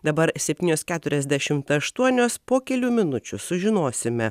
dabar septynios keturiasdešimt aštuonios po kelių minučių sužinosime